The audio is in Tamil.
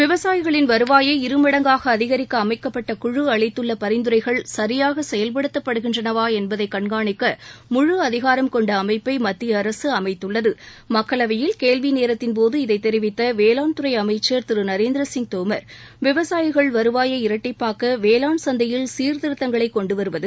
விவசாயிகளின் வருவாயை இருமடங்காக அதிகரிக்க அமைக்கப்பட்ட குழு அளித்துள்ள பரிந்துரைகள் சரியாக செயல்படுத்தப்படுகின்றனவா என்பதை கண்காணிக்க முழு அதிகாரம் கொண்ட அமைப்பை மத்திய அரசு அமைத்துள்ளது மக்களவையில் கேள்வி நேரத்தின் போது இதைத் தெரிவித்த வேளாண் துறை அமைச்சர் திரு நரேந்திர சிங் தோமர் விவசாயிகள் வருவாயை இரட்டிப்பாக்க வேளாண் சந்தையில் சீர்திருத்தங்களைக் கொண்டுவருவது